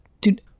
dude